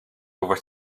over